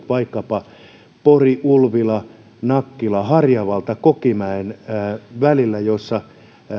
vaikkapa pori ulvila nakkila harjavalta kokemäki välillä jossa